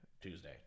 Tuesday